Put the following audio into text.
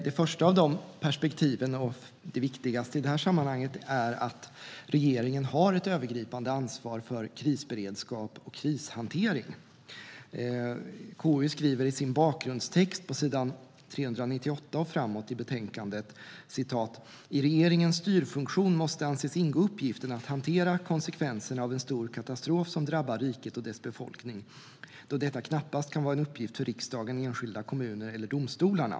Det första av perspektiven, och det viktigaste i det här sammanhanget, är att regeringen har ett övergripande ansvar för krisberedskap och krishantering. KU skriver i sin bakgrundstext på s. 398 och framåt i betänkandet: "I regeringens styrfunktion måste anses ingå uppgiften att hantera konsekvenserna av en stor katastrof som drabbar riket och dess befolkning, då detta knappast kan vara en uppgift för riksdagen, enskilda kommuner eller domstolarna."